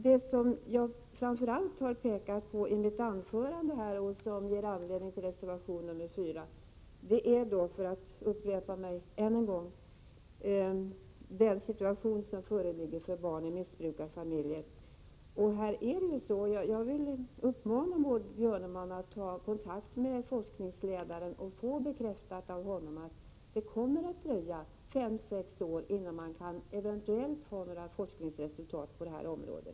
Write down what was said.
Vad som föranlett reservation 4 är, som jag sade i mitt anförande, den situation som barn i missbrukarfamiljer befinner sig i. Jag vill uppmana Maud Björnemalm att ta kontakt med forskningsledaren för att få bekräftat av honom att det kommer att dröja fem sex år innan man eventuellt uppnått några forskningsresultat på detta område.